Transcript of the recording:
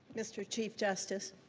mr. chief justice.